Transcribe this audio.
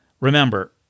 Remember